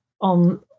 on